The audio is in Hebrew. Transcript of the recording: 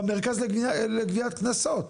במרכז לגביית קנסות,